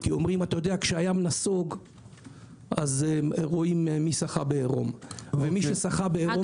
כי כשהים נסוג רואים מי שחה בעירום, כך